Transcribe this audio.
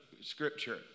scripture